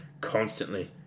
constantly